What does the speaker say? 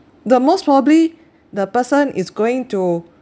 the most probably the person is going to